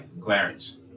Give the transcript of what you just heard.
Clarence